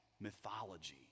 mythology